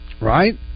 Right